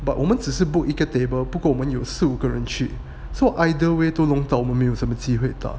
but 我们只是 book a table 不过我们有四五个人去 so either way 都弄到我们没有什么机会打